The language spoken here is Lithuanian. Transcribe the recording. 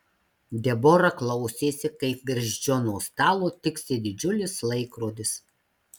debora klausėsi kaip virš džono stalo tiksi didžiulis laikrodis